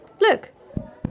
Look